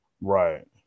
Right